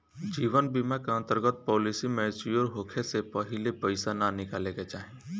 जीवन बीमा के अंतर्गत पॉलिसी मैच्योर होखे से पहिले पईसा ना निकाले के चाही